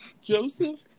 Joseph